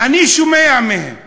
אני שומע מהם,